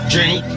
Drink